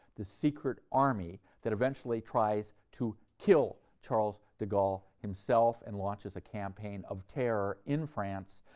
the secret army, that eventually tries to kill charles de gaulle himself, and launches a campaign of terror in france,